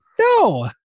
no